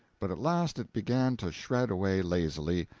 but at last it began to shred away lazily,